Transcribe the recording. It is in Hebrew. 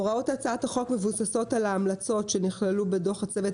הוראות הצעת החוק מבוססות על ההמלצות שנכללו בדוח הצוות